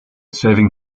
saving